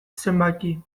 zenbaki